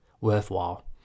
worthwhile